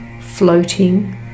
floating